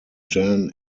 jan